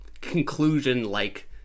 conclusion-like